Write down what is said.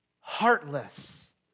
heartless